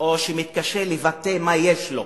או שמתקשה לבטא מה יש לו,